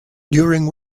during